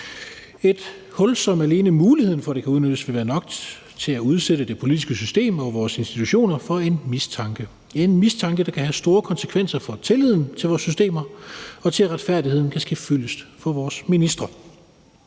et hul, som alene muligheden for, at det kan udnyttes, vil være nok til at udsætte det politiske system og vores institutioner for en mistanke, der kan have store konsekvenser for tilliden til vores systemer og til, at retfærdigheden kan ske fyldest for vores ministre.